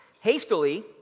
hastily